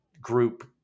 group